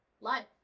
life